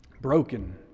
broken